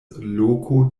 loko